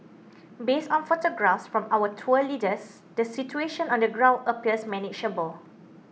based on photographs from our tour leaders the situation on the ground appears manageable